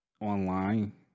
online